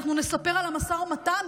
אנחנו נספר על המשא ומתן,